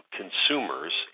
consumers